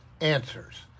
answers